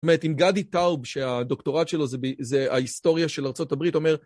זאת אומרת, אם גדי טאוב, שהדוקטורט שלו זה ההיסטוריה של ארה״ב, אומר...